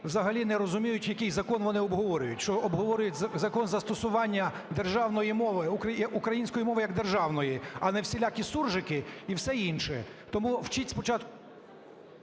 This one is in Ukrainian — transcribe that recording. взагалі не розуміють, який закон вони обговорюють, що обговорюють Закон застосування державної мови – української мови як державної, а не всілякі суржики і все інше. Тому вчіть спочатку…